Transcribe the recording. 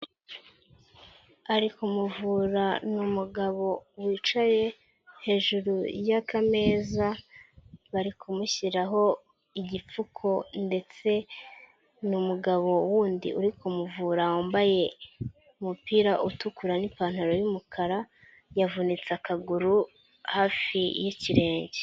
Ari kumuvura ni umugabo wicaye hejuru y'akameza ari kumushyiraho igipfuko, ndetse ni ni umugabo wundi uri kumuvura wambaye umupira utukura n'ipantaro y'umukara yavunitse akaguru hafi y'ikirenge.